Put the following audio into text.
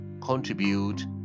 contribute